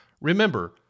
Remember